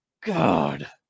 God